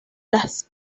las